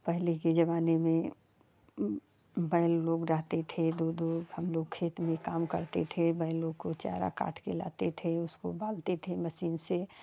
पहले के जमाने में बहन लोग रहते थे दो दो हम लोग खेत में काम करते थे बैल लोग को चारा काट के लाते थे उसको डालते थे मसीन से